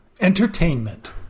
Entertainment